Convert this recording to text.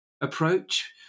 approach